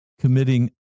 Committing